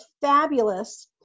fabulous